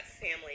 family